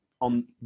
on